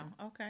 Okay